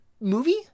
movie